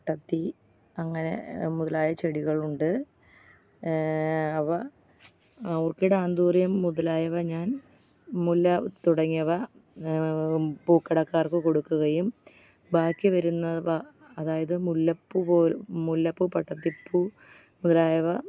പട്ടത്തി അങ്ങനെ മുതലായ ചെടികളുണ്ട് അവ ഓർക്കിഡ് ആന്തൂറിയം മുതലായവ ഞാൻ മുല്ല തുടങ്ങിയവ പൂക്കടക്കാർക്ക് കൊടുക്കുകയും ബാക്കി വരുന്നവ അതായത് മുല്ലപ്പൂവ് പോൽ മുല്ലപ്പൂവ് പട്ടത്തിപ്പൂവ് മുതലായവ